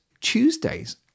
Tuesdays